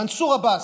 מנסור עבאס.